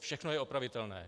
Všechno je opravitelné.